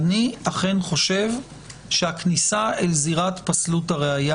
אני אכן חושב שהכניסה אל זירת פסלות הראיה